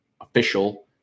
official